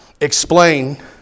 Explain